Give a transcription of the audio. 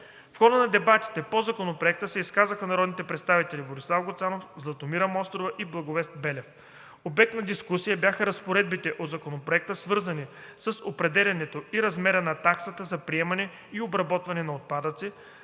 В хода на дебатите по Законопроекта се изказаха народните представители Борислав Гуцанов, Златомира Мострова и Благовест Белев. Обект на дискусия бяха разпоредбите от Законопроекта, свързани с определянето и размера на таксата за приемане и обработване на отпадъци